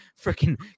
freaking